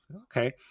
Okay